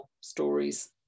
stories